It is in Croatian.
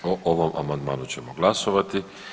O ovom amandmanu ćemo glasovati.